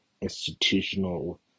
institutional